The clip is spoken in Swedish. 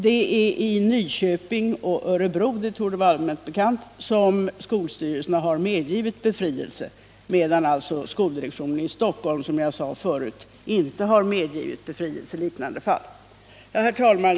Det är i "Nyköping och Örebro — det torde vara allmänt bekant — som skolstyrelserna har medgivit befrielse, medan skoldirektionen i Stockholm, som jag sade förut, inte har medgivit befrielse i liknande fall. Herr talman!